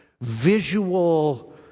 visual